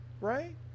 right